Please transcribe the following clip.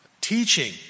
teaching